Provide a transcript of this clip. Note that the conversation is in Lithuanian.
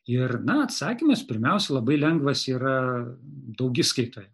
ir na atsakymas pirmiausia labai lengvas yra daugiskaitoje